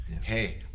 hey